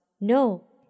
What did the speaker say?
No